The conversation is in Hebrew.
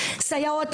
סייעות,